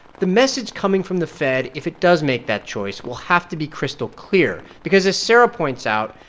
the message coming from the fed, if it does make that choice, will have to be crystal clear because, as sarah points out,